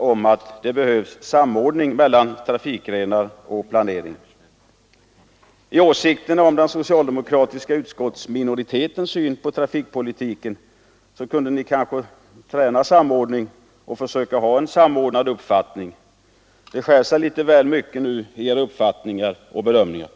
om att det behövs planering och samordning mellan trafikgrenar. När det gäller åsikterna om den socialdemokratiska utskottsminoritetens syn på trafikpolitiken kunde ni kanske träna sådan samordning och försöka få en enig uppfattning! Det skär sig väl mycket nu i era uppfattningar och bedömningar.